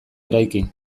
eraiki